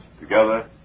Together